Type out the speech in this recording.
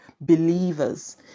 believers